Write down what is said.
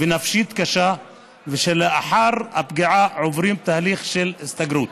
ונפשית קשה ושלאחר הפגיעה עוברים תהליך של הסתגרות,